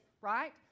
right